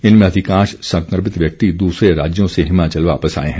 इनमें अधिकांश संकमित व्यक्ति दूसरे राज्यों से हिमाचल वापिस आए हैं